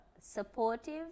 supportive